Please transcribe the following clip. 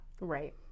right